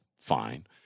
fine